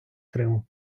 криму